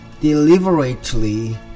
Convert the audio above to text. Deliberately